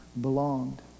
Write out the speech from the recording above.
belonged